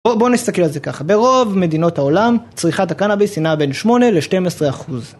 בואו נסתכל על זה ככה, ברוב מדינות העולם צריכת הקנאביס היא נעה בין 8 ל-12%.